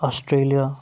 Australia